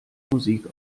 musik